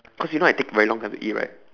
cause you know I take very long time to eat right